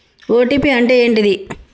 OTP అంటే ఏంటిది?